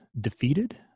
defeated